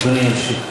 אדוני ימשיך.